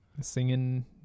Singing